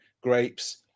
grapes